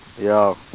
yo